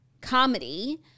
comedy